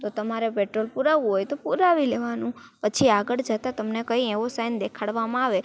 તો તમારે પેટ્રોલ પૂરાવવું હોય તો પૂરાવી લેવાનું પછી આગળ જતાં તમને કાંઈ એવું સાઇન દેખાડવામાં આવે